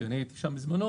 שאני הייתי שם בזמנו